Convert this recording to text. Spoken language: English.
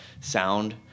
sound